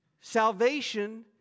salvation